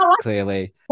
clearly